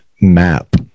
map